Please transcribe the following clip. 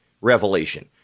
revelation